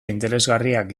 interesgarriak